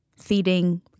Feeding